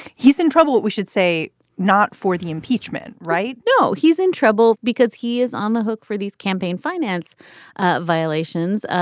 he's in trouble, we should say not for the impeachment, right? no, he's in trouble because he is on the hook for these campaign finance ah violations. ah